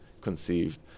conceived